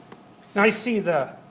now i see the,